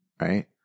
right